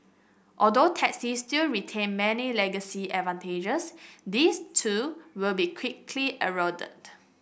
although taxis still retain many legacy advantages these too will be quickly eroded